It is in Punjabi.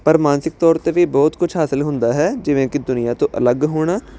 ਪਰ ਮਾਨਸਿਕ ਤੌਰ 'ਤੇ ਵੀ ਬਹੁਤ ਕੁਝ ਹਾਸਲ ਹੁੰਦਾ ਹੈ ਜਿਵੇਂ ਕਿ ਦੁਨੀਆ ਤੋਂ ਅਲੱਗ ਹੋਣਾ